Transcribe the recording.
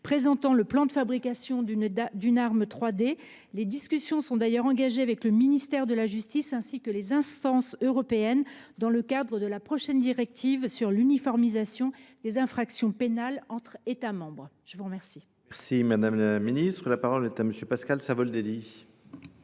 présentant le plan de fabrication d’une arme 3D. Les discussions sont d’ailleurs engagées avec le ministère de la justice ainsi qu’avec les instances européennes dans le cadre de la prochaine directive sur l’uniformisation des infractions pénales entre États membres. La parole est à M. Pascal Savoldelli,